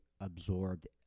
absorbed